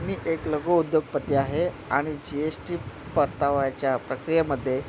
मी एक लघु उद्योगपती आहे आणि जी एस टी परताव्याच्या प्रक्रियामध्ये